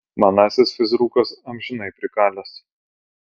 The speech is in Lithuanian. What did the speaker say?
manasis fizrukas amžinai prikalęs